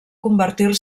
convertir